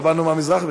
לא באנו מהמזרח בכלל.